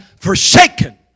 forsaken